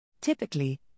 Typically